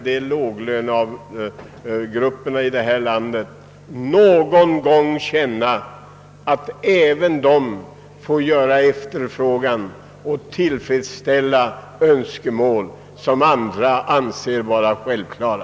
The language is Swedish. Nej, låglönegrupperna i detta land måste någon gång få känna att de ges sådan ställning att de också kan tillfredsställa önskemål som andra anser vara självklara.